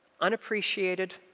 Unappreciated